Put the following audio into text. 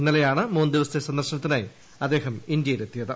ഇന്നലെയാണ് മൂന്ന് ദിവസത്തെ സന്ദർശനത്തിനാറ്യി അദ്ദേഹം ഇന്ത്യയിലെത്തിയത്